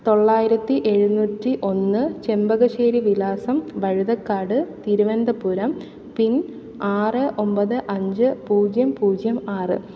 തൊള്ളായിരത്തി എഴുന്നൂറ്റി ഒന്ന് ചെമ്പകശ്ശേരി വിലാസം വഴുതക്കാട് തിരുവനന്തപുരം പിൻ ആറ് ഒൻപത് അഞ്ച് പൂജ്യം പൂജ്യം ആറ്